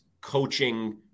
coaching